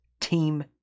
team